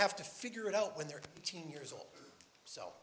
have to figure it out when they're eighteen years old so